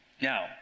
Now